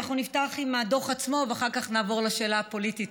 אנחנו נפתח עם הדוח עצמו ואחר כך נעבור לשאלה הפוליטית,